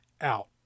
Out